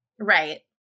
Right